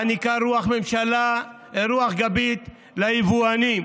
מעניקה רוח גבית ליבואנים,